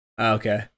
okay